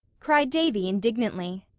cried davy indignantly.